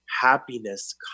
happiness